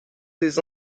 des